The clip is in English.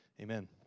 Amen